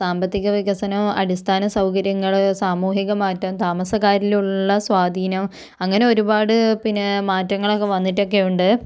സാമ്പത്തിക വികസനം അടിസ്ഥാന സൗകര്യങ്ങള് സാമൂഹിക മാറ്റം താമസക്കാരിലുള്ള സ്വാധീനം അങ്ങനെ ഒരുപാട് പിന്നെ മാറ്റങ്ങളൊക്കെ വന്നിട്ടൊക്കെ ഉണ്ട്